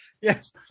Yes